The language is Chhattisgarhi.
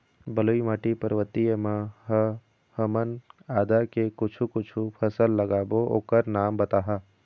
बलुई माटी पर्वतीय म ह हमन आदा के कुछू कछु फसल लगाबो ओकर नाम बताहा?